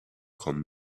kommen